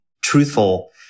truthful